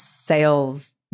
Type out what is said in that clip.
Sales